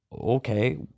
Okay